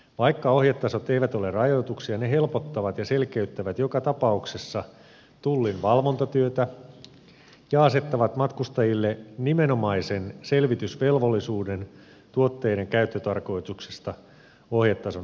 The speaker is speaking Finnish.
vaikka ohjetasot eivät ole rajoituksia ne helpottavat ja selkeyttävät joka tapauksessa tullin valvontatyötä ja asettavat matkustajille nimenomaisen selvitysvelvollisuuden tuotteiden käyttötarkoituksista ohjetason ylittäviltä osin